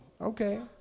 Okay